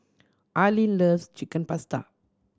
Arlene loves Chicken Pasta